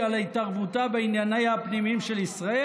על התערבותו בענייניה הפנימיים של ישראל?